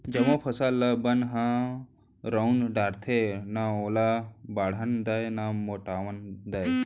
जमो फसल ल बन ह रउंद डारथे, न ओला बाढ़न दय न मोटावन दय